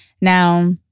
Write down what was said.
Now